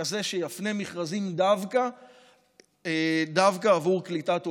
כזה שיפנה מכרזים דווקא עבור קליטת עולים.